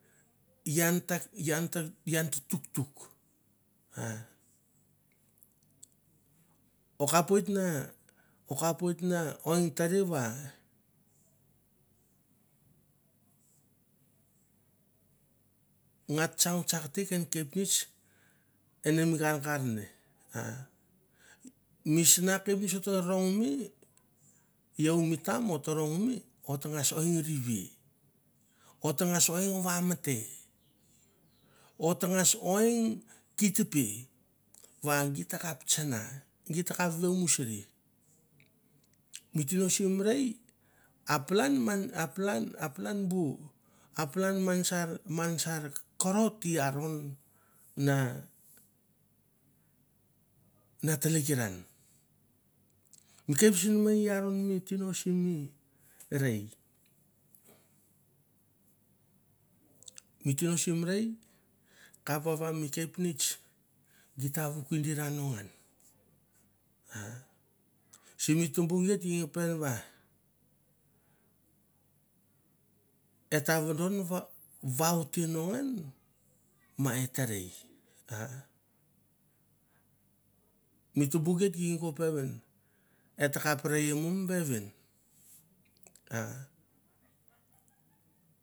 Ian ta ian ta ian ta tuktuk a a kapoit na o kapoit na ong tare va ngat tsang vatsak te ken kepnets ene mi gargar ne, ah misna kepnets ot ta rongme iau mi tam ot ta rongme o tangas oi rivi, tangas oi vamate, o tangas oi kitipi va git takap tsang, git takap vemusri, mi tino sim rei a palan man a palan a palan bu a palan man sar man sar korot di aron na telekiran. Mi kepnets nemei i aron mi tino simi rei, mi tino sim rei kap vava mi kepnets git ta vikindira no ngan, simi tumbu geit ging pen va e ta vodon vaute no ngan ma et ta rei. Ah mi tumbu geit gink ko peven e takap rei mo mi vevin ah